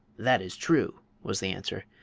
that is true, was the answer.